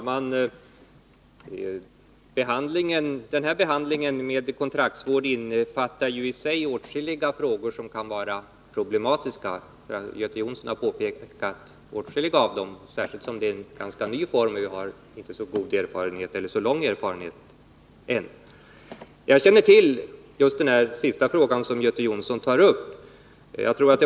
Fru talman! Behandlingen med kontraktsvård innefattar i sig åtskilliga frågor som kan vara problematiska — Göte Jonsson har pekat på åtskilliga av dem — särskilt som det är en ganska ny behandlingsform och vi ännu inte har så lång erfarenhet av den. Jag känner till just den sista frågan som Göte Jonsson tog upp.